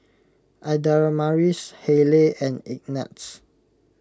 Adamaris Hayleigh and Ignatz